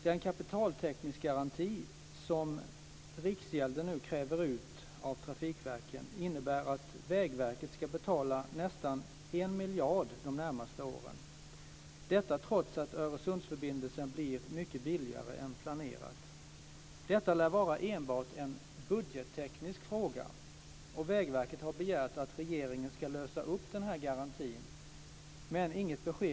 Den kapitaltäckningsgaranti som riksgälden nu kräver ut av trafikverken innebär att Vägverket ska betala nästan en miljard de närmaste åren - detta trots att Öresundsförbindelsen blir mycket billigare än planerat. Detta lär enbart vara en budgetteknisk fråga. Fru talman!